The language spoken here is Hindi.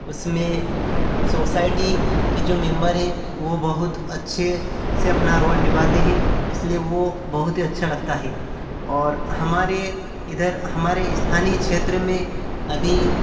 उसमें सोसाइटी के जो मेंबर हैं वो बहुत अच्छे से अपना रोल निभाते हैं इसलिए वो बहुत ही अच्छा लगता है और हमारे इधर हमारे स्थानीय क्षेत्र में अभी